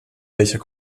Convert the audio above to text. welcher